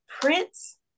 prince